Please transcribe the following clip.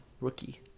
rookie